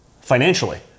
financially